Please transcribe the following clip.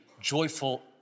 joyful